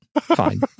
Fine